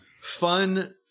fun